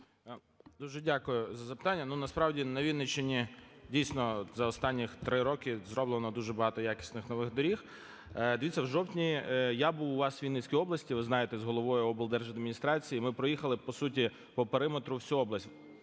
Дуже дякую за запитання. Ну, насправді, на Вінниччині, дійсно, за останніх 3 роки зроблено дуже багато якісних нових доріг. Дивіться, у жовтні я був у вас, у Вінницькій області, ви знаєте, з головою облдержадміністрації ми проїхали, по суті, по периметру всю область.